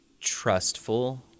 trustful